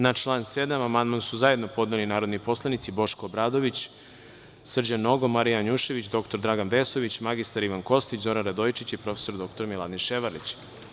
Na član 7. amandman su zajedno podneli narodni poslanici Boško Obradović, Srđan Nogo, Marija Janjušević, dr Dragan Vesović, mr Ivan Kostić, Zoran Radojičić i prof. dr Miladin Ševarlić.